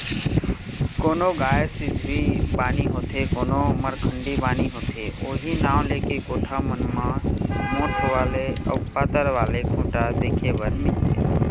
कोनो गाय सिधवी बानी होथे कोनो मरखंडी बानी होथे उहीं नांव लेके कोठा मन म मोठ्ठ वाले अउ पातर वाले खूटा देखे बर मिलथे